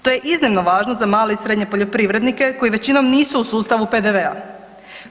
To je iznimno važno za male i srednje poljoprivrednike koji većinom nisu u sustavu PDV-a.